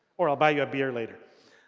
or i'll buy you a beer later